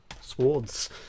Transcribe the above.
swords